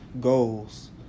goals